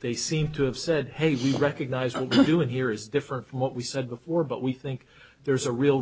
they seem to have said hey we recognize i'm doing here is different from what we said before but we think there's a real